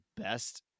best